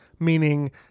meaning